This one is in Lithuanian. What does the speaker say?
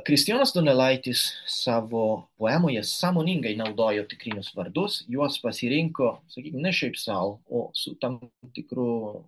kristijonas donelaitis savo poemoje sąmoningai naudojo tikrinius vardus juos pasirinko sakykim šiaip sau o su tam tikru